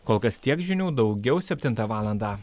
kol kas tiek žinių daugiau septintą valandą